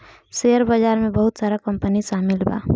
share बाजार में बहुत सारा कंपनी शामिल बा